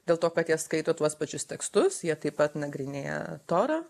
dėl to kad jie skaito tuos pačius tekstus jie taip pat nagrinėja torą